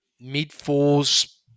mid-fours